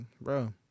bro